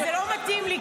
זה לא מתאים לי,